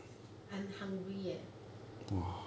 I'm hungry leh